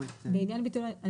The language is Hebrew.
אני אתן ביטוי לדברים.